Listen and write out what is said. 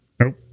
Nope